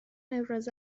ابراز